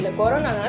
corona